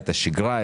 את השגרה,